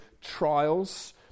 trials